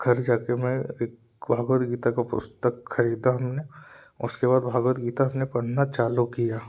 घर जा के मैं एक भगवद गीता को पुस्तक ख़रीदा हम ने उसके बाद भगवद गीता हमे पढ़ना चालू किया